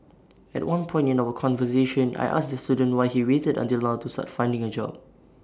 at one point in our conversation I asked the student why he waited until now to start finding A job